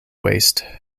waste